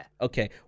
Okay